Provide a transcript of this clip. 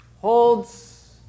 holds